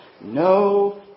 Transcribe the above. No